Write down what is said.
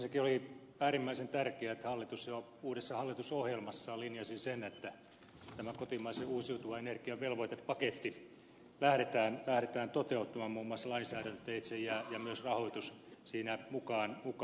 ensinnäkin oli äärimmäisen tärkeää että hallitus jo uudessa hallitusohjelmassaan linjasi sen että tämä kotimaisen uusiutuvan energian velvoitepaketti lähdetään toteuttamaan muun muassa lainsäädäntöteitse ja myös rahoitus siinä mukaan huomioiden